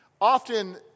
Often